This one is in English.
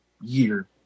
year